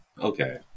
Okay